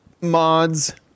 mods